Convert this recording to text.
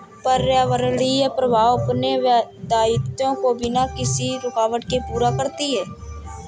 पर्यावरणीय प्रवाह अपने दायित्वों को बिना किसी रूकावट के पूरा करती है